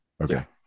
Okay